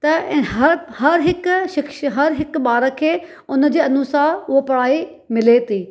त हर हर हिकु शि हर हिकु ॿार खे हुनजे अनुसार उहो पढ़ाई मिले थी